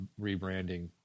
rebranding